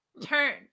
Turn